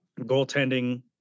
goaltending